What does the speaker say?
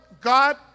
God